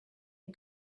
and